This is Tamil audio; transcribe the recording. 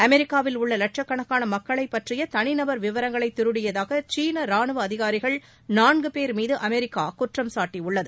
அமெரிக்காவில் உள்ள லட்சக்கணக்கான மக்களைப் பற்றிய தனி நபர் விவரங்களை திருடியதாக சீன ராணுவ அதிகாரிகள் நான்கு பேர் மீது அமெரிக்கா குற்றம் சாட்டியுள்ளது